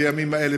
בימים אלה,